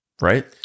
right